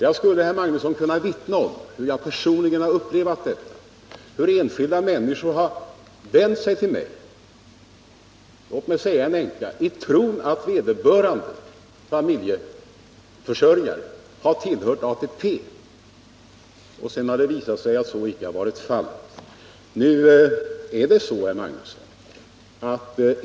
Jag skulle kunna vittna om hur jag personligen har upplevat detta. Enskilda människor — bl.a. änkor — har vänt sig till mig i tron att vederbörande familjeförsörjare tillhört ATP, och sedan har det visat sig att så inte varit fallet.